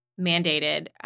mandated